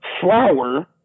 flour